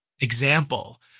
example